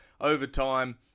Overtime